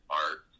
art